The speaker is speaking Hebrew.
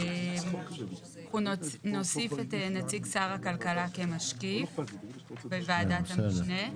אנחנו נוסיף את נציג שר הכלכלה כמשקיף בוועדת המשנה.